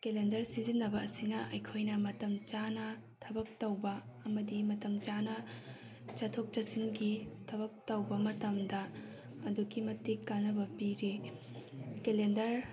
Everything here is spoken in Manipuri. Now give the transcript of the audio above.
ꯀꯦꯂꯦꯟꯗꯔ ꯁꯤꯖꯤꯟꯅꯕꯁꯤꯅ ꯑꯩꯈꯣꯏꯅ ꯃꯇꯝ ꯆꯥꯅ ꯊꯕꯛ ꯇꯧꯕ ꯑꯃꯗꯤ ꯃꯇꯝ ꯆꯥꯅ ꯆꯠꯊꯣꯛ ꯆꯠꯁꯤꯟꯒꯤ ꯊꯕꯛ ꯇꯧꯕ ꯃꯇꯝꯗ ꯑꯗꯨꯛꯀꯤ ꯃꯇꯤꯛ ꯀꯥꯟꯅꯕ ꯄꯤꯔꯤ ꯀꯦꯂꯦꯟꯗꯔ